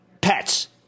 pets